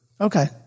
Okay